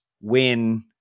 win